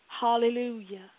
Hallelujah